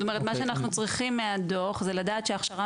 מה שאנחנו צריכים מהדוח זה לדעת שההכשרה